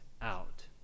out